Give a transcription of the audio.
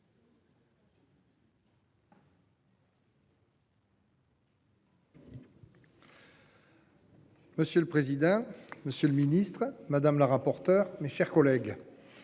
Monsieur le président, Monsieur le Ministre, madame la rapporteure, mes chers collègues.